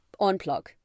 Unplug